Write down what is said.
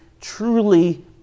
truly